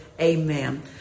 amen